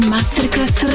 Masterclass